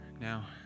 now